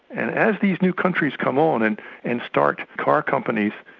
and as these new countries come on and and start car companies,